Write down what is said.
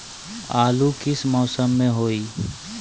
आलू किस मौसम में होई?